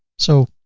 so,